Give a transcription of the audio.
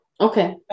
Okay